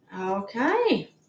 Okay